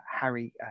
Harry